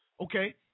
okay